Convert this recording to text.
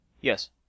Yes